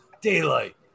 Daylight